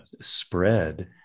spread